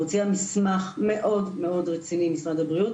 הם הוציאו מסמך מאוד רציני ממשרד הבריאות,